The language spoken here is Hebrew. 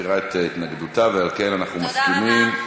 רק רגע, רק רגע.